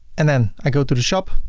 and then i go to the shop,